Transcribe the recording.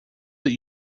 that